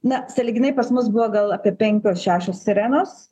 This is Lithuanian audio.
ne sąlyginai pas mus buvo gal apie penkios šešios sirenos